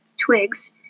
twigs